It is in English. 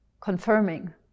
confirming